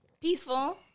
Peaceful